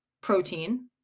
protein